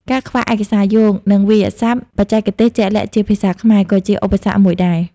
ការខ្វះឯកសារយោង និងវាក្យសព្ទបច្ចេកទេសជាក់លាក់ជាភាសាខ្មែរ ក៏ជាឧបសគ្គមួយដែរ។